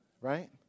right